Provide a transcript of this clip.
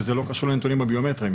וזה לא קשור לנתונים הביומטריים,